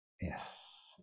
Yes